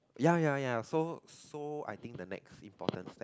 ya ya ya so so I think the next important step